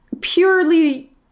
purely